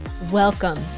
Welcome